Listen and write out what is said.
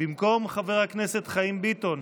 חבר הכנסת חיים ביטון,